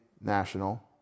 national